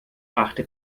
brachte